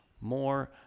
more